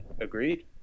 agreed